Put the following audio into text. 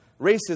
racism